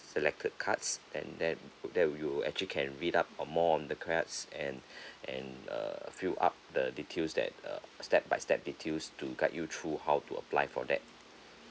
selected cards and that there you actually can read up uh more on the cards and and err fill up the details that uh step by step details to guide you through how to apply for that